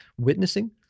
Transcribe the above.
witnessing